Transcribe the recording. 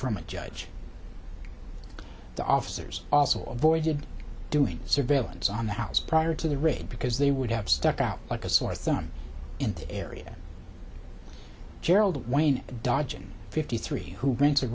from a judge the officers also avoided doing surveillance on the house prior to the raid because they would have stuck out like a sore thumb in the area gerald wayne dodging fifty three who rents a